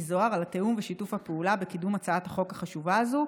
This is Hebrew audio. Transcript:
זוהר על התיאום ושיתוף הפעולה בקידום הצעת החוק החשובה הזו.